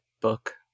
book